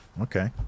Okay